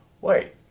wait